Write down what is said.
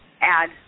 add